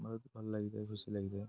ମୋତେ ତ ଭଲ ଲାଗି ଥାଏ ଖୁସି ଲାଗି ଥାଏ